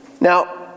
Now